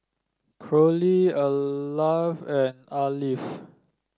Corrie Alvie and Alfie